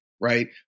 right